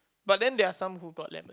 but then there are some who got lemon